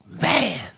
Man